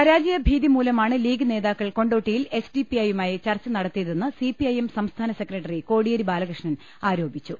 പരാജയ ഭീതി മൂലമാണ് ലീഗ് നേതാക്കൾ കൊണ്ടോട്ടിയിൽ എസ് ഡി പി ഐയുമായി ചർച്ച നടത്തിയതെന്ന് സിപിഐഎം സംസ്ഥാന സെക്രട്ടറി കോടിയേരി ബാലകൃഷ്ണൻ ആരോപി ച്ചു